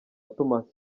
thomas